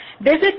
Visit